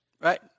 right